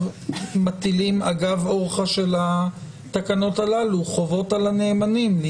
מטילים אגב אורחא של התקנות הללו חובות על הנאמנים.